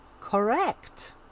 Correct